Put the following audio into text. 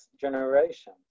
generation